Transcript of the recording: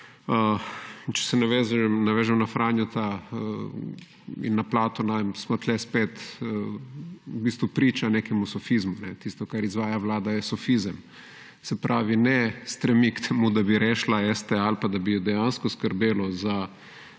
če se navežem na Franjota in na Platona, ne vem, smo tu spet v bistvu priča nekemu sofizmu. Tisto, kar izvaja Vlada je sofizem. Se pravi, ne stremi k temu, da bi rešila STA ali pa da bi jo dejansko skrbelo za